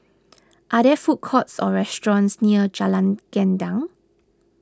are there food courts or restaurants near Jalan Gendang